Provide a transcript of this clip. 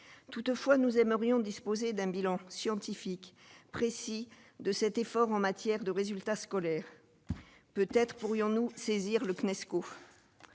toutefois nous aimerions disposer d'un bilan scientifique précis de cet effort en matière de résultats scolaires peut-être pourrions-nous saisir le Cnesco